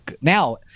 Now